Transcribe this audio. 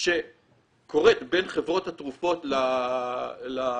שקורית בין חברות התרופות לרופאים.